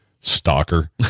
Stalker